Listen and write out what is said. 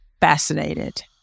Fascinated